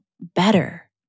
better